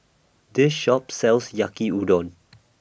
This Shop sells Yaki Udon